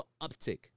uptick